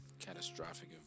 catastrophic